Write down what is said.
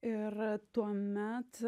ir tuomet